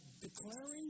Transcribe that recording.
declaring